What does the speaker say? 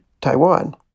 Taiwan